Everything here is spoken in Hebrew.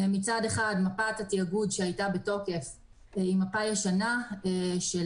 מצד אחד מפת התאגוד שהייתה בתוקף היא מפה ישנה של